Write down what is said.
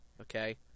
okay